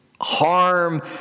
harm